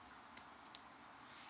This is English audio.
oh